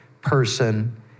person